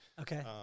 Okay